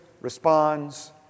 responds